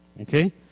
Okay